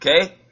Okay